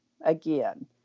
again